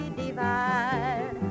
divide